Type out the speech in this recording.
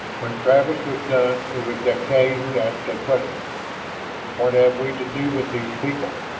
when travis was done it was deklay who asked a question what have we to do with these people?